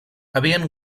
havien